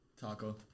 Taco